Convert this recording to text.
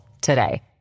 today